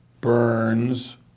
Burns